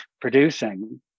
producing